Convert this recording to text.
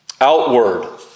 outward